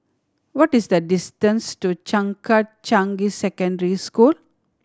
what is the distance to Changkat Changi Secondary School